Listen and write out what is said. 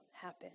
happen